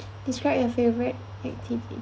describe your favourite activity